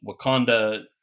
wakanda